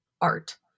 art